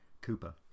cooper